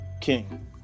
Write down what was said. King